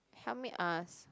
help me ask